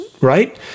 right